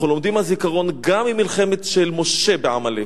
אנחנו לומדים מהזיכרון גם ממלחמת משה בעמלק,